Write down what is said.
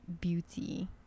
beauty